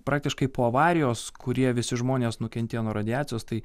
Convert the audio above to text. praktiškai po avarijos kurie visi žmonės nukentėjo nuo radiacijos tai